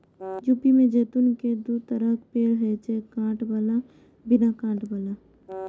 Europe मे जैतून के दू तरहक पेड़ होइ छै, कांट बला आ बिना कांट बला